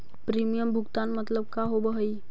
Premium भुगतान मतलब का होव हइ?